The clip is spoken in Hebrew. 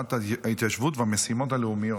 שרת ההתיישבות והמשימות הלאומיות.